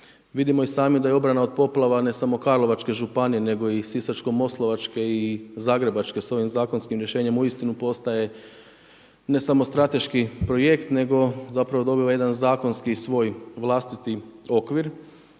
Vidimo i sami da je obrana od poplava, ne samo karlovačke županije, nego i sisačko moslavačke i zagrebačke s ovim zakonskim rješenjem uistinu postaje ne samo strateški projekt, nego, zapravo, dobiva jedan zakonski, svoj vlastiti okvir.